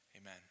amen